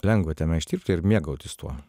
lengva tenai ištirpti ir mėgautis tuo